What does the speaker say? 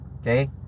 Okay